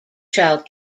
child